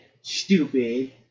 Stupid